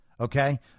Okay